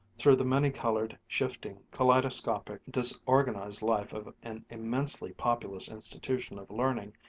through the many-colored, shifting, kaleidoscopic, disorganized life of an immensely populous institution of learning,